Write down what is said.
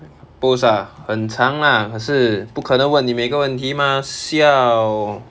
post ah 很长 lah 可是不可能问你每个问题 mah siao